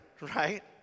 right